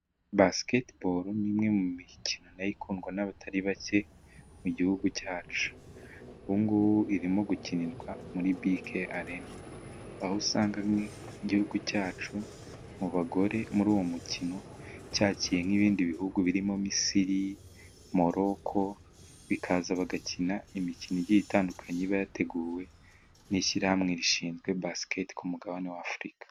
Basiketi boro ni imwe mu mikino nayo ikundwa' nabatari bake mu gihugu cyacu, ubungubu irimo gukinirwa muri bike arena aho usanga nk'igihugu cyacu mu bagore muri uwo mukino cyakiye nk'ibindi bihugu birimo:Misiri, Moroko bikaza bagakina imikino igiye itandukanye, iba yateguwe n'ishyirahamwe rishinzwe basiketi ku mugabane w'Afurika.